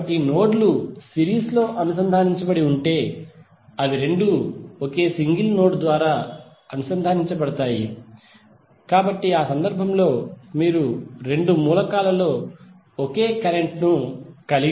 కాబట్టి నోడ్ లు సిరీస్ లో అనుసంధానించబడి ఉంటే అవి రెండూ ఒకే సింగిల్ నోడ్ ద్వారా అనుసంధానించబడతాయి కాబట్టి ఆ సందర్భంలో మీరు రెండు మూలకాలలో ఒకే కరెంట్ కలిగి ఉంటారు